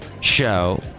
Show